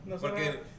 Porque